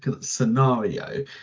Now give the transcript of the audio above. scenario